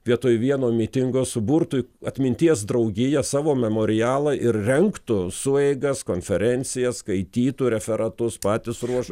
vietoj vieno mitingo suburtų atminties draugiją savo memorialą ir rengtų sueigas konferencijas skaitytų referatus patys ruoš